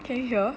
can you hear